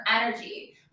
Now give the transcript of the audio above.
energy